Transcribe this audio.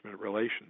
relations